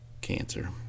cancer